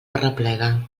arreplega